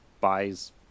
buys